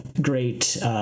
great